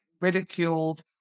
ridiculed